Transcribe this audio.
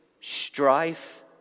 strife